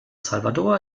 salvador